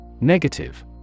Negative